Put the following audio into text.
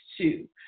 two